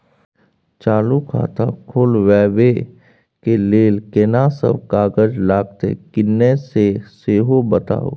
चालू खाता खोलवैबे के लेल केना सब कागज लगतै किन्ने सेहो बताऊ?